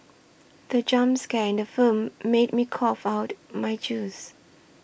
the jump scare in the film made me cough out my juice